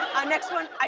our next one.